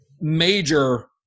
major